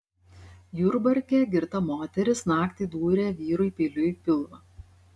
jurbarke girta moteris naktį dūrė vyrui peiliu į pilvą